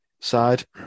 side